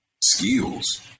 skills